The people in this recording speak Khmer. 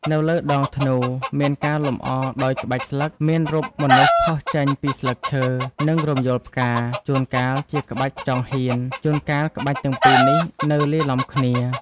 នៅលើដងធ្នូ មានការលម្អដោយក្បាច់ស្លឹក មានរូបមនុស្សផុសចេញពីស្លឹកឈើ និងរំយោលផ្កា ជួនកាលជាក្បាច់ខ្យងហៀន ជួនកាលក្បាច់ទាំងពីរនេះនៅលាយឡំគ្នា។